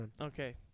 Okay